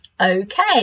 okay